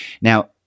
Now